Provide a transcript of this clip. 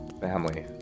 Family